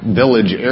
village